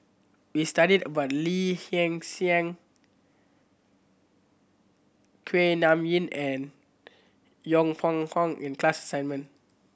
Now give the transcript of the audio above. we studied about Lee Hsien Kuak Nam Yin and Yong Pung How in class assignment